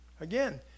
Again